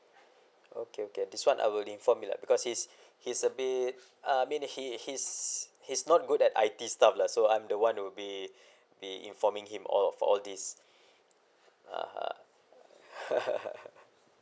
okay okay this one I will inform him lah because he is he is a bit uh I mean he's he's he's not good at I_T stuff lah so I'm the one would be be informing him all of all these (uh huh)